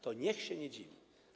To niech się nie dziwi.